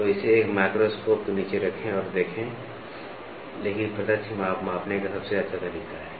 तो इसे एक माइक्रोस्कोप के नीचे रखें और देखें लेकिन प्रत्यक्ष माप मापने का सबसे अच्छा तरीका है